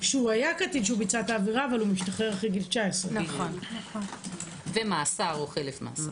היה קטין כשביצע את העבירה אבל משתחרר אחרי גיל 19. ומאסר או חלף מאסר.